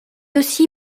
aussi